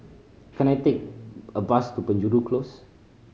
can I take a bus to Penjuru Close